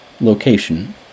location